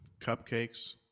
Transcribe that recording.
Cupcakes